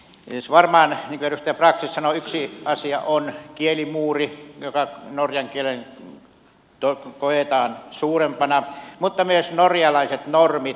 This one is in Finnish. siis varmaan niin kuin edustaja brax sanoi yksi asia on kielimuuri joka norjan kieleen koetaan suurempana mutta myös norjalaiset normit norjalaiset viranomaiset